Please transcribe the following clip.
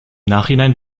nachhinein